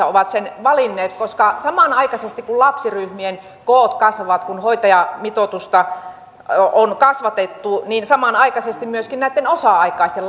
ovat valinneet koska kun lapsiryhmien koot kasvavat kun hoitajamitoitusta on kasvatettu samanaikaisesti myöskin näitten osa aikaisten